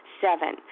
Seven